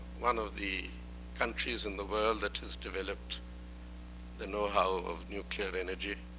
one of the countries in the world that has developed the know how of nuclear energy.